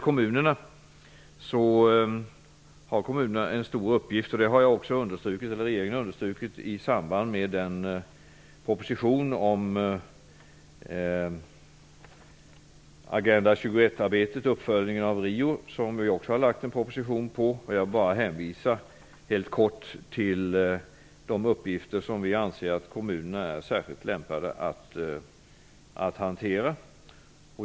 Kommunerna har en stor uppgift, vilket jag och regeringen understrukit i samband med en proposition om Agenda-21-arbetet liksom uppföljningen av Riokonferensen beträffande vilken vi också har lagt fram en proposition. Jag vill bara helt kort hänvisa till de uppgifter som vi anser att kommunerna är särskilt lämpade att hantera.